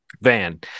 Van